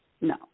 No